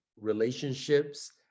relationships